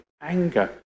anger